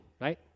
right